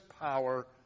power